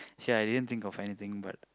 say I didn't think of anything but